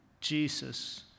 Jesus